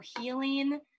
healing